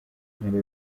ntara